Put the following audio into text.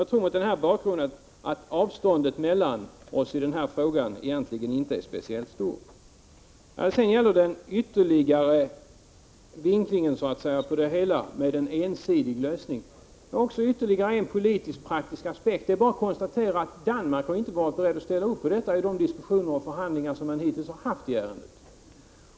Jag tror mot denna bakgrund att avståndet mellan oss i denna fråga egentligen inte är speciellt stort. Också den ytterligare vinkling som frågan om en ensidig lösning innebär har en politisk-praktisk aspekt. Det är bara att konstatera att Danmark inte har varit berett att ställa upp i de diskussioner och förhandlingar som man hittills har haft i ärendet.